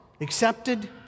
accepted